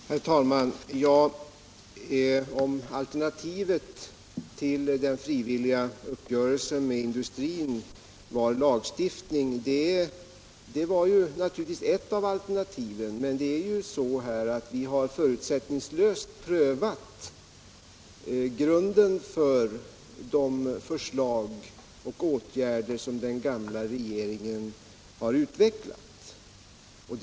Nr 47 Herr talman! På frågan, om alternativet till den frivilliga uppgörelsen med Torsdagen den industrin var lagstiftning, vill jag svara att det naturligtvis var ett av al 16 december 1976 ternativen. Vi har förutsättningslöst prövat grunden för de förslag och åtgärder som den gamla regeringen har utvecklat.